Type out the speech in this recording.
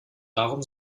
darum